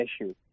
issue